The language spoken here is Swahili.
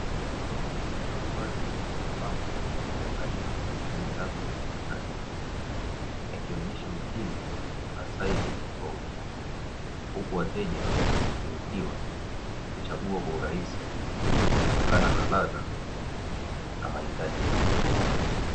Mavazi yamepangwa kwa uangalifu kwenye rafu nadhifu; yakionesha mitindo na saizi tofauti; huku wateja wakiotiwa kuchagua kwa urahisi kulingana na ladha na mahitaji yao.